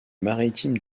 maritime